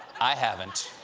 i haven't.